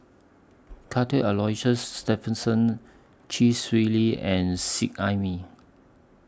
Cuthbert Aloysius Shepherdson Chee Swee Lee and Seet Ai Mee